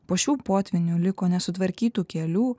po šių potvynių liko nesutvarkytų kelių